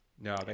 No